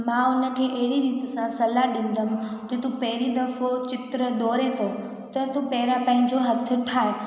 मां उनखे अहिड़ी रीति सां सलाह ॾींदमि की तू पहिरीं दफ़ो चित्र दौरे थो त तू पहिरियां पंहिंजो हथ ठाहे